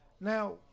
Now